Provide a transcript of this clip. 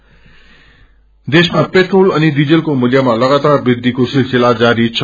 oil price देशमा petrol अनि डिजलको मूल्यमा लगातार वृद्धिको सिलसिला जारी छ